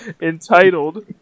entitled